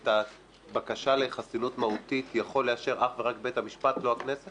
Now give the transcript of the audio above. את הבקשה לחסינות מהותית יכול לאשר אך ורק בית המשפט ולא הכנסת?